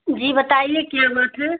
جی بتائیے کیا بات ہے